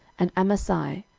and amasai,